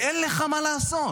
ואין לך מה לעשות,